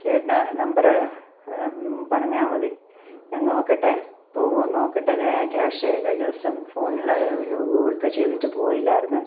ചേട്ടന് നമ്പര് പറഞ്ഞാല് മതി ഞാന് നോക്കട്ടെ പോവോന്ന് നോക്കട്ടെ വേ കേഷേ കഴിഞ്ഞ ദിവസം ഫോണില് ഒരു ഗൂഗിള് പേ ചെയ്തിട്ട് പോയില്ലായിരുന്നു